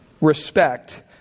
respect